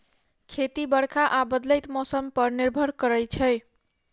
खेती बरखा आ बदलैत मौसम पर निर्भर करै छै